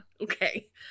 okay